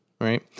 Right